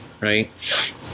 right